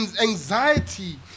Anxiety